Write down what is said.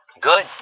Good